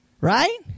right